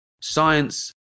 science